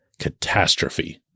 catastrophe